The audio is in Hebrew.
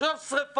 יש עכשיו שריפה.